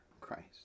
Christ